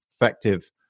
effective